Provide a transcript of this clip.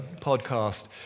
podcast